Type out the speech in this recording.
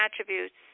attributes